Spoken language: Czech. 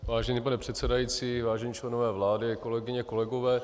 Vážený pane předsedající, vážení členové vlády, kolegyně kolegové.